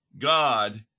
God